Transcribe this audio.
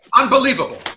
unbelievable